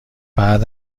بعد